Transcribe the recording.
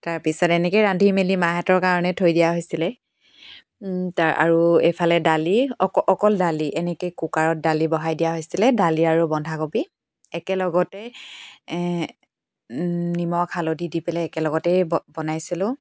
তাৰপিছত এনেকৈ ৰান্ধি মেলি মাহঁতৰ কাৰণে থৈ দিয়া হৈছিলে আৰু এইফালে দালি অকল দালি এনেকৈ কুকাৰত দালি বহাই দিয়া হৈছিলে দালি আৰু বন্ধাকবি একেলগতে নিমখ হালধি দি পেলাই একেলগতেই ব বনাইছিলোঁ